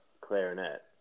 clarinet